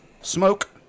smoke